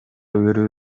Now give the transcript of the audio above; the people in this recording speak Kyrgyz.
берүү